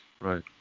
Right